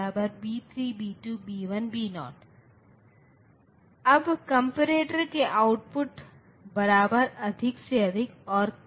तो सामान्य तौर पर यह वीएसएस बिंदु ग्राउंड बिंदु है और वीडीडी आपूर्ति वोल्टेज बिंदु है